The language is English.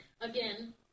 Again